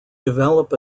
develop